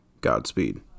Godspeed